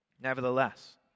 Nevertheless